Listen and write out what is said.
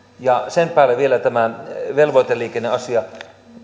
sen päälle vielä tämä velvoiteliikenneasia